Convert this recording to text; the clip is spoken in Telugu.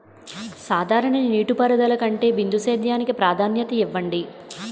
సాధారణ నీటిపారుదల కంటే బిందు సేద్యానికి ప్రాధాన్యత ఇవ్వండి